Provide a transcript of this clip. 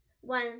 one